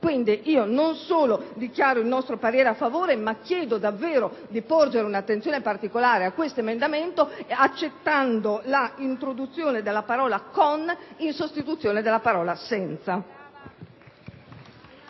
Quindi, non solo dichiaro il nostro voto favorevole, ma chiedo davvero di porgere un'attenzione particolare a questo emendamento, accettando l'introduzione della parola «con» in sostituzione della parola